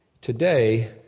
Today